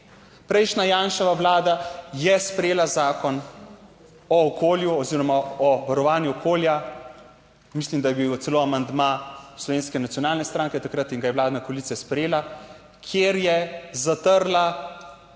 Prejšnja Janševa vlada je sprejela zakon o okolju oziroma o varovanju okolja, mislim, da je bil celo amandma Slovenske nacionalne stranke takrat in ga je vladna koalicija sprejela, kjer je zatrla, bom